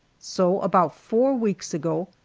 so, about four weeks ago,